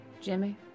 Jimmy